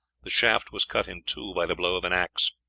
the shaft was cut in two by the blow of an axe.